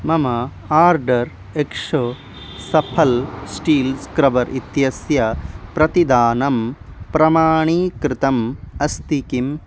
मम order Exo सफल् steel scrubber इत्यस्य प्रतिदानं प्रमाणीकृतम् अस्ति किम्